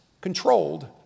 controlled